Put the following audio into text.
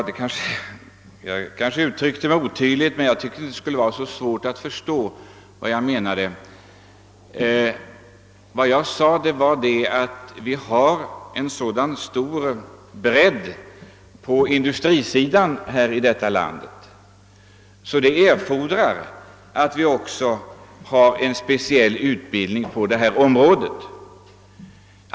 Herr talman! Jag kanske uttryckte mig otydligt, men jag tycker inte att det skulle vara så svårt att förstå vad jag menade. Jag sade att vi har en sådan bredd på industrisidan i detta land att en specialutbildning på detta område erfordras.